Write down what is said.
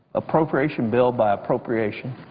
appropriation bill by appropriation,